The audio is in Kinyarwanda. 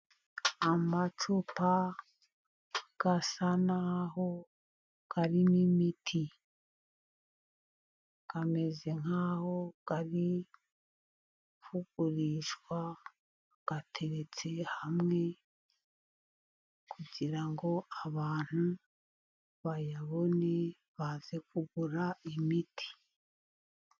Amacupa asa n'aho arimo imiti. Ameze nk'aho ari kugurishwa. Ateretse hamwe kugira ngo abantu bayabone baze kugura imiti.